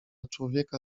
człowieka